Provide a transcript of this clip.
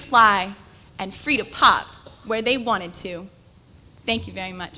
fly and freedom pop where they wanted to thank you very much